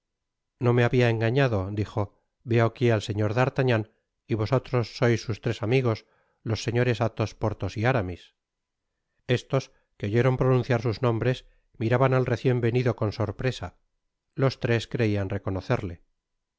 no me habia engañado dijo veo aqui al señor d'artagnan y vosotros sois sus tres amigos los señores athos porthos y aramis estos que oyeron pronunciar sus nombres miraban al recien venido con sorpresa los tres creian reconocerle